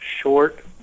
short